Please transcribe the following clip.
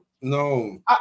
no